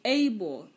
able